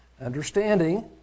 understanding